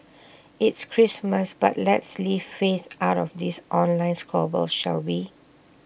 it's Christmas but let's leave faith out of this online squabble shall we